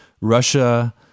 Russia